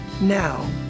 Now